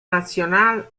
nacional